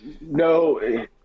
no